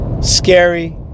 scary